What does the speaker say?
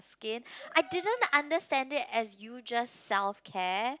skin I didn't understand it as you just self care